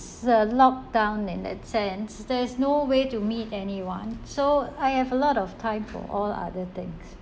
a lockdown in that sense there is no way to meet anyone so I have a lot of time for all other things